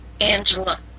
Angela